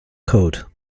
code